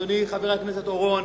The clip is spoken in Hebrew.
אדוני חבר הכנסת אורון,